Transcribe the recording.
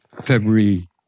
February